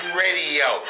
radio